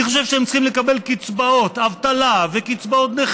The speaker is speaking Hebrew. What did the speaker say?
מי חושב שהם צריכים לקבל קצבאות אבטלה,